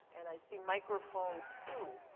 and i see microphone two.